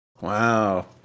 Wow